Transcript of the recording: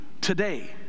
today